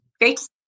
Great